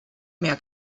mehr